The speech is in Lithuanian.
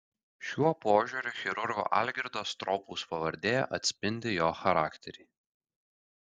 šiuo požiūriu chirurgo algirdo stropaus pavardė atspindi jo charakterį